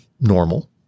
normal